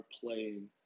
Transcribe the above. playing